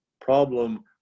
problem